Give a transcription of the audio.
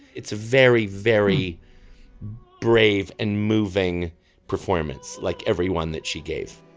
it's very very brave and moving performance like everyone that she gave